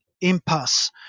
impasse